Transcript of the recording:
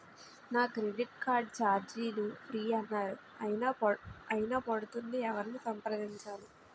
నా credit card ఛార్జీలు free అన్నారు అయినా పడుతుంది ఎవరిని సంప్రదించాలి?